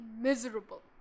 miserable